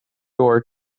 door